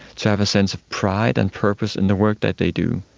to have a sense of pride and purpose in the work that they do.